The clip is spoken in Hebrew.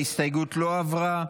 ההסתייגות לא עברה.